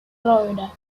florida